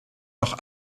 doch